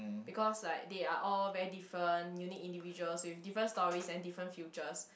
because like they are all very different unique individuals with different stories and different futures